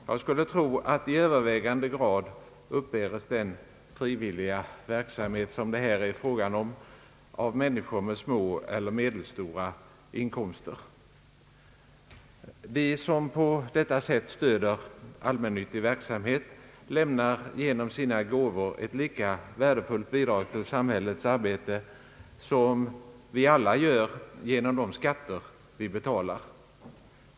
Jag skulle tro att i övervägande grad uppbärs den frivilliga verksamhet som det här är fråga om av människor med små eller medelstora inkomster. De som på detta sätt stöder allmännyttig verksamhet lämnar genom sina gåvor ett lika värdefullt bidrag till samhällets arbete som vi alla gör genom de skatter vi betalar.